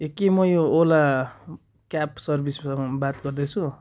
ए के म यो ओला क्याब सर्भिससँग बात गर्दैछु